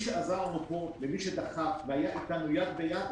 שעזר לנו כאן ומי שדחף והיה אתנו יד ביד,